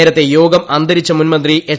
നേരത്ത്രെ യോഗം അന്തരിച്ച മുൻമന്ത്രി എച്ച്